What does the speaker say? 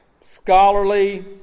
scholarly